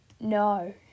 no